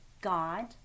God